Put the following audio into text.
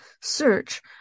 search